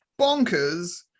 bonkers